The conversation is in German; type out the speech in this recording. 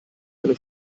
eine